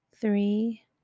three